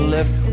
Left